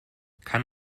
kann